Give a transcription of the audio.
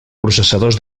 processadors